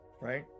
right